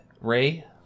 Ray